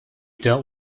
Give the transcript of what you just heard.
dealt